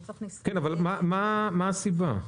מה הסיבה?